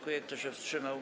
Kto się wstrzymał?